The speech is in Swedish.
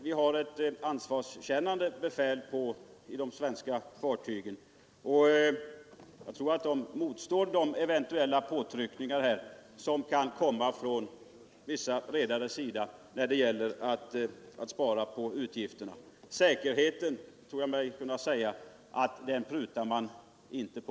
Vi har ett ansvarskännande befäl på de svenska fartygen, och jag tror att de motstår eventuella påtryckningar från vissa redares sida när det gäller att spara på utgifter. Utgifter för säkerheten — det vågar jag säga — prutar man inte på.